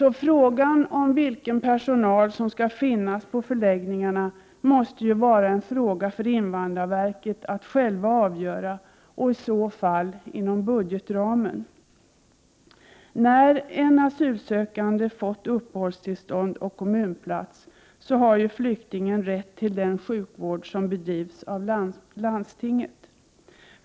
Frågan om vilken personal som skall finnas på förläggningarna måste alltså vara en fråga för invandrarverket att självt avgöra och i så fall inom budgetramen. När en asylsökande har fått uppehållstillstånd och kommunplats har flyktingen rätt till den sjukvård som drivs av landstinget.